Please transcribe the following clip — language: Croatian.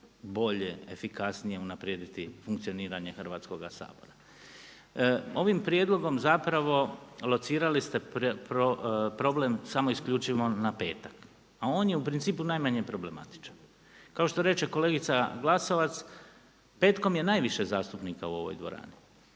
bolje, efikasnije unaprijediti funkcioniranje Hrvatskoga sabora. Ovim prijedlogom zapravo locirali ste problem samo isključivo na petak a on je u principu najmanje problematičan. Kao što reče kolegica Glasovac, petkom je najviše zastupnika u ovoj dvorani